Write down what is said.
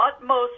utmost